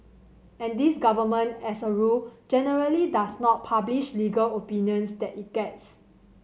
and this government as a rule generally does not publish legal opinions that it gets